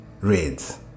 reads